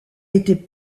étaient